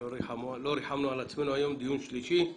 לא ריחמנו על עצמנו, היום דיון שלישי.